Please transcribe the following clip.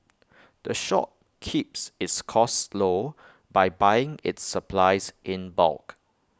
the shop keeps its costs low by buying its supplies in bulk